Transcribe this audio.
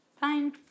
Fine